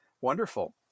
wonderful